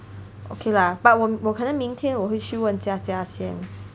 okay lah but 我我可能明天我会去问 Jia Jia 先